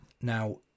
Now